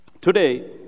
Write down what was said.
Today